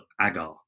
agar